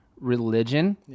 religion